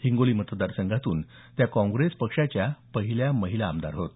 हिंगोली मतदार संघातून त्या काँप्रेस पक्षाच्या पहिल्या महिला आमदार होत